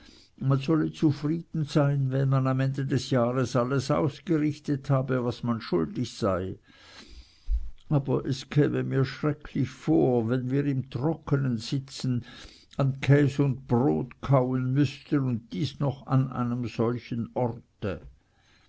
man solle zufrieden sein wenn man am ende des jahres alles ausgerichtet habe was man schuldig sei aber es käme mir schrecklich vor wenn wir im trockenen sitzen an käs und brot kauen müßten und dies noch an einem solchen orte